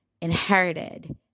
inherited